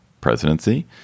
presidency